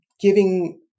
giving